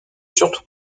surtout